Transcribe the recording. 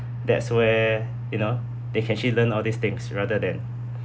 that's where you know they can actually learn all these things rather than